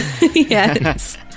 Yes